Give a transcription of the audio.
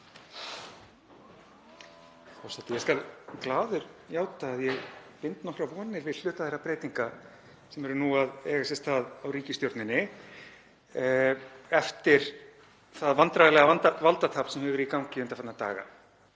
Forseti. Ég skal glaður játa að ég bind nokkrar vonir við hluta þeirra breytinga sem eru nú að eiga sér stað á ríkisstjórninni eftir það vandræðalega valdatafl sem hefur verið í gangi undanfarna daga.